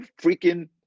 freaking